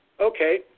Okay